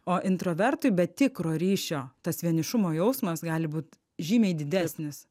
o introvertui be tikro ryšio tas vienišumo jausmas gali būt žymiai didesnis